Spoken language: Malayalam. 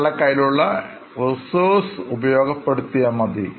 നിങ്ങളുടെ കയ്യിലുള്ള Reserves ഉപയോഗപ്പെടുത്തിയാൽ മതി